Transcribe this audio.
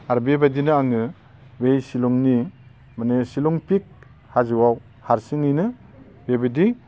आर बेबायदिनो आङो बे शिलंनि माने शिलं पिक हाजोआव हारसिङैनो बेबायदि